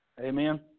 Amen